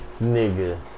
nigga